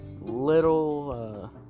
Little